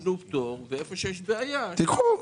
תנו פטור, ואיפה שיש בעיה תיקחו.